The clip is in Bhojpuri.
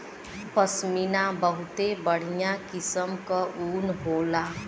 पश्मीना बहुते बढ़िया किसम क ऊन होला